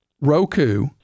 Roku